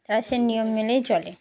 তারা সে নিয়ম মেলেই চলে